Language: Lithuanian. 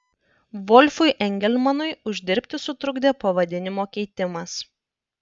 volfui engelmanui uždirbti sutrukdė pavadinimo keitimas